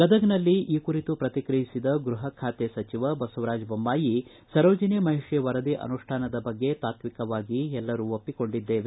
ಗದಗ್ದಲ್ಲಿ ಈ ಕುರಿತು ಪ್ರತಿಕ್ರಿಯಿಸಿದ ಗೃಹ ಖಾತೆ ಸಚಿವ ಬಸವರಾಜ್ ಬೊಮ್ಲಾಯಿ ಸರೋಜಿನಿ ಮಹಿಷಿ ವರದಿ ಅನುಷ್ಠಾನದ ಬಗ್ಗೆ ತಾತ್ವಿಕವಾಗಿ ಎಲ್ಲರೂ ಒಪ್ಪಿಕೊಂಡಿದ್ದೇವೆ